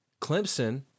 Clemson